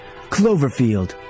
Cloverfield